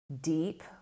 deep